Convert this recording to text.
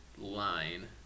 line